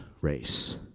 race